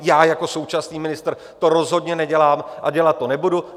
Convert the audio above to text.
Já jako současný ministr to rozhodně nedělám a dělat to nebudu.